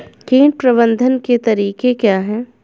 कीट प्रबंधन के तरीके क्या हैं?